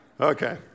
Okay